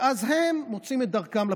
ואז מוצאים את דרכם לפריפריה.